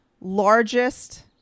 largest